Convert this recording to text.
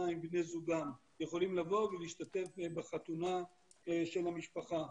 עם בני זוגם יכולים לבוא ולהשתתף בחתונה של המשפחה.